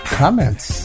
comments